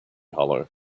hollow